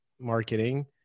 marketing